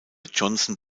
johnson